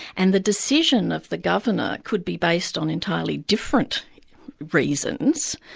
and the decision of the governor could be based on entirely different reasons,